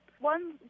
One